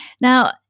Now